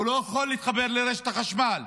הוא לא יכול להתחבר לרשת החשמל.